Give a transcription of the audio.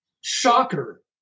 shocker